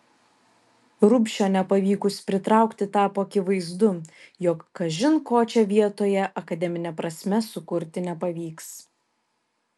rubšio nepavykus pritraukti tapo akivaizdu jog kažin ko čia vietoje akademine prasme sukurti nepavyks